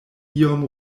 iom